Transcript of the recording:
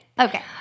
Okay